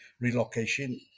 relocation